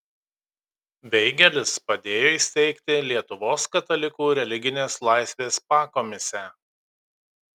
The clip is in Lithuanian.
veigelis padėjo įsteigti lietuvos katalikų religinės laisvės pakomisę